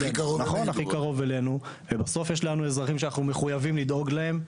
יש לנו אזרחים שאנחנו מחויבים לדאוג להם,